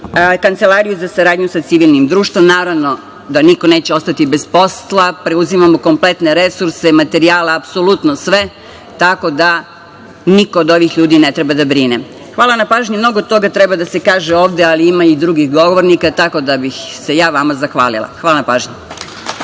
Kancelariju za saradnju sa civilnim društvom. Naravno da niko neće ostati bez posla, preuzimamo kompletne resurse, materijale, apsolutno sve, tako da niko od ovih ljudi ne treba da brine. Hvala na pažnji, mnogo toga treba da se kaže ovde, ali ima i drugih govornika tako da bih se ja vama zahvalila. Hvala na pažnji.